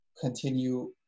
continue